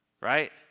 right